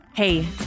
Hey